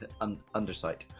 Undersight